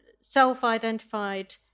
self-identified